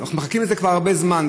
אנחנו מחכים לזה כבר הרבה זמן,